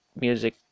music